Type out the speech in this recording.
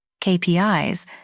KPIs